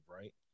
right